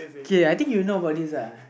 K I think you know about this uh